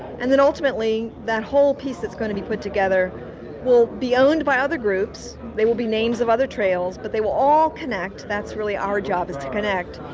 and and ultimately that whole piece that's going to be put together will be owned by other groups. they will be names of other trails. but they will all connect, that's really our job is to connect,